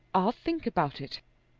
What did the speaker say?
i'll think about it,